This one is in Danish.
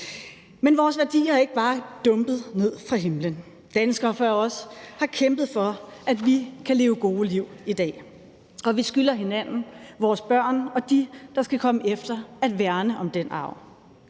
Men vores værdier er ikke bare dumpet ned fra himlen. Danskere før os har kæmpet for, at vi kan leve gode liv i dag, og vi skylder hinanden, vores børn og de, der skal komme efter, at værne om den arv.